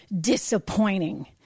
disappointing